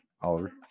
Oliver